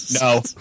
No